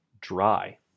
dry